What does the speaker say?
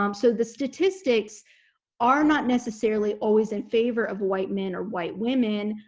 um so the statistics are not necessarily always in favor of white men or white women.